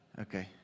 Okay